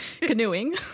canoeing